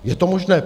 Je to možné?